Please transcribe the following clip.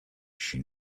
she